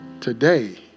Today